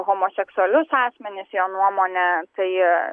homoseksualius asmenis jo nuomone tai